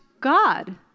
God